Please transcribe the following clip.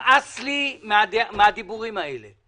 נמאס לי מהדיבורים האלה.